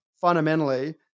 fundamentally